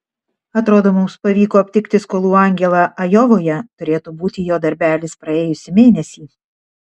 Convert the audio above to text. atrodo mums pavyko aptikti skolų angelą ajovoje turėtų būti jo darbelis praėjusį mėnesį